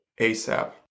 ASAP